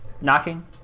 Knocking